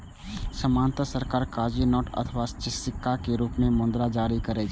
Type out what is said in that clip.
सामान्यतः सरकार कागजी नोट अथवा सिक्का के रूप मे मुद्रा जारी करै छै